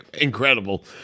incredible